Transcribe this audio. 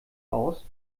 aus